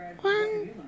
one